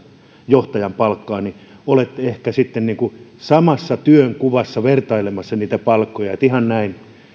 johtajan palkkaan niin olette ehkä sitten samassa työnkuvassa vertailemassa niitä palkkoja että ihan näin